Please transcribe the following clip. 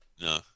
No